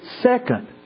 second